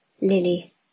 Lily